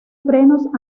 frenos